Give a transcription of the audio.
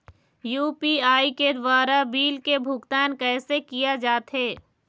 UPI के द्वारा bill के भुगतान कैसे किया जाथे?